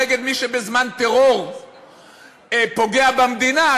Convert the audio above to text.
נגד מי שבזמן טרור פוגע במדינה,